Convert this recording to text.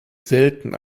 selten